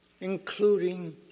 including